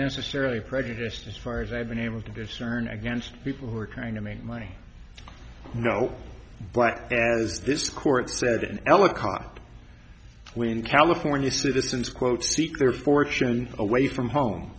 necessarily prejudiced as far as i've been able to discern against people who are trying to make money you know but as this court said in ellicott when california citizens quote seek their fortune away from home